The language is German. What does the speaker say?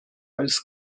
als